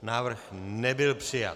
Návrh nebyl přijat.